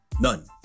None